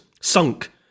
sunk